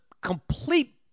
complete